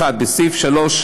1. בסעיף 3(א)(3),